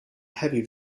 heavy